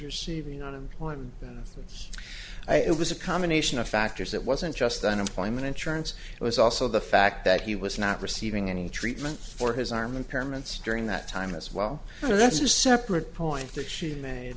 receiving unemployment benefits it was a combination of factors it wasn't just unemployment insurance it was also the fact that he was not receiving any treatment for his arm impairments during that time as well so that's a separate point that she made